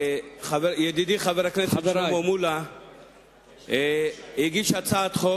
ידידי חבר הכנסת שלמה מולה הגיש הצעת חוק,